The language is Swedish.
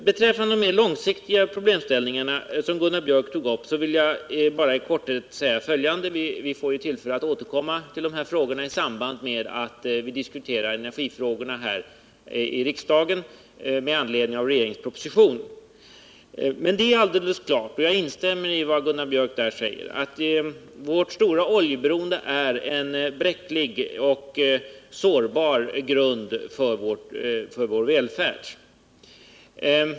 Beträffande de mer långsiktiga problemställningarna, som Gunnar Biörck tog upp, vill jag bara i korthet säga några ord — vi får ju tillfälle att återkomma till de här frågorna i samband med att vi skall diskutera energifrågorna här i riksdagen med anledning av regeringens proposition. Det är alldeles klart — och jag instämmer i vad Gunnar Biörck säger — att vårt stora oljeberoende är en bräcklig och sårbar grund för vår välfärd.